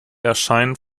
erscheinen